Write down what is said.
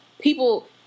People